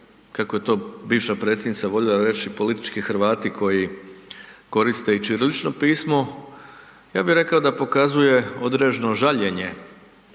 kako je to bivša predsjednica voljela reći, politički Hrvati koji koriste i ćirilično pismo, ja bi rekao da pokazuje određeno žaljenje